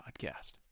Podcast